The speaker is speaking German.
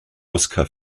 oskar